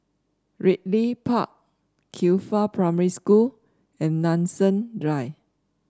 Ridley Park Qifa Primary School and Nanson Drive